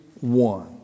one